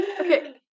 Okay